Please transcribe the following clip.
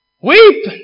Weep